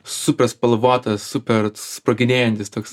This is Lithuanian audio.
super spalvotas super sproginėjantis toks